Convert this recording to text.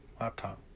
laptop